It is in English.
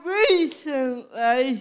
recently